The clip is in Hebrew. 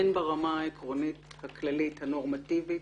הן ברמה העקרונית הכללית הנורמטיבית,